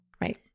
Right